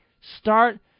start